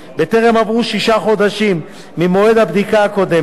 בטרם עברו שישה חודשים ממועד הבדיקה הקודמת,